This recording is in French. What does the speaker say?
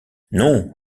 non